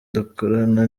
dukorana